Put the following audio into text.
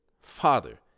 father